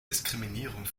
diskriminierung